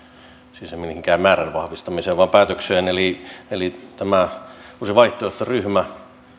siis en viittaa mihinkään määrän vahvistamiseen vaan päätökseen eli eli tämä uusi vaihtoehto ryhmä